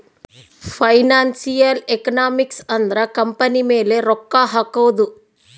financial economics ಅಂದ್ರ company ಮೇಲೆ ರೊಕ್ಕ ಹಕೋದು